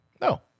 No